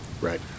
Right